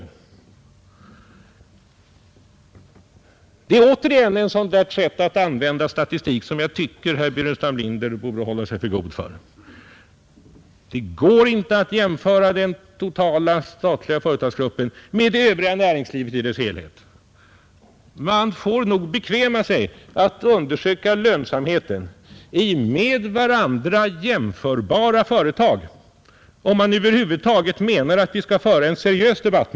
Detta är återigen ett sådant sätt att använda statistik som jag tycker att herr Burenstam Linder borde hålla sig för god för. Det går inte att jämföra den totala statliga företagsgruppen med det övriga näringslivet i dess helhet. Man får nog bekväma sig att undersöka lönsamheten i med varandra jämförbara företag, om man över huvud taget menar att vi skall föra en seriös debatt.